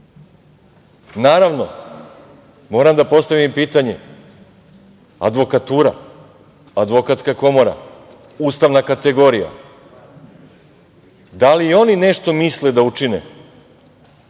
biramo? Naravno, moram da postavim pitanje – advokatura, Advokatska komora, ustavna kategorija, da li i oni nešto misle da učine